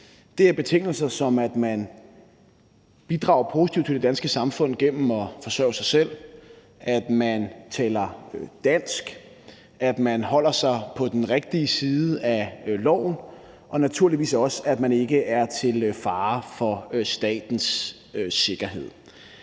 Det er betingelser, som at man bidrager positivt til det danske samfund gennem at forsørge sig selv, at man taler dansk, at man holder sig på den rigtige side af loven, og naturligvis også at man ikke er til fare for statens sikkerhed.